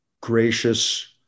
gracious